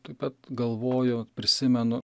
taip pat galvoju prisimenu